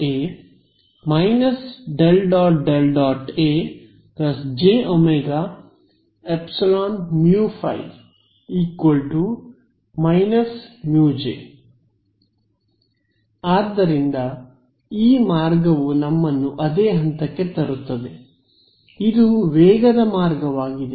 A jωεμφ − uJ ಆದ್ದರಿಂದ ಈ ಮಾರ್ಗವು ನಮ್ಮನ್ನು ಅದೇ ಹಂತಕ್ಕೆ ತರುತ್ತದೆ ಇದು ವೇಗದ ಮಾರ್ಗವಾಗಿದೆ